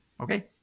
Okay